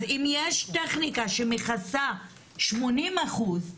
אז אם ישנה טכניקה שמכסה 80 אחוזים,